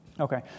Okay